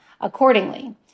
accordingly